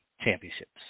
championships